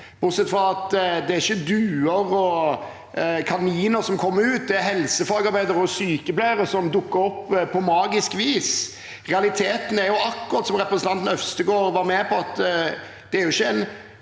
bortsett fra at det ikke er duer og kaniner som kommer ut, det er helsefagarbeidere og sykepleiere som dukker opp på magisk vis. Realiteten er, akkurat som representanten Øvstegård var inne på, at det blir ikke en